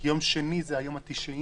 כי יום שני זה היום ה-90,